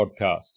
Podcast